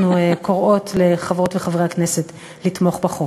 אנחנו קוראות לחברות וחברי הכנסת לתמוך בחוק.